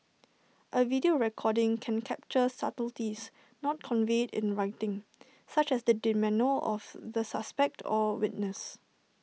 A video recording can capture subtleties not conveyed in writing such as the demeanour of the suspect or witness